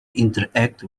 interact